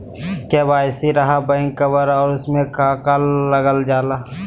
KYC रहा back cover और उसमें का का लागल जाला?